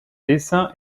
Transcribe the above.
dessin